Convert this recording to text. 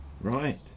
Right